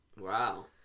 Wow